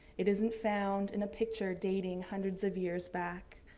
it isn't found in a picture dating hundreds of years back.